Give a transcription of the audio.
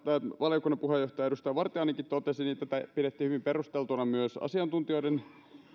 valiokunnan puheenjohtaja edustaja vartiainenkin totesi niin tätä pidettiin hyvin perusteltuna myös asiantuntijoiden